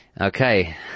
Okay